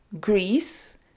Greece